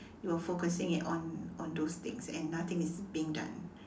you're focusing it on on those things and nothing is being done